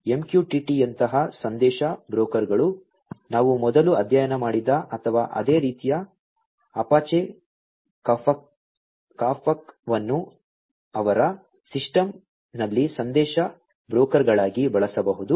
MQTT ಯಂತಹ ಸಂದೇಶ ಬ್ರೋಕರ್ಗಳು ನಾವು ಮೊದಲು ಅಧ್ಯಯನ ಮಾಡಿದ ಅಥವಾ ಅದೇ ರೀತಿಯ ಅಪಾಚೆ ಕಾಫ್ಕಾವನ್ನು ಅವರ ಸಿಸ್ಟಮ್ನಲ್ಲಿ ಸಂದೇಶ ಬ್ರೋಕರ್ಗಳಾಗಿ ಬಳಸಬಹುದು